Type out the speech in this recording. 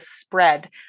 spread